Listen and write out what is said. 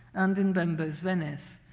and in bembo's venice.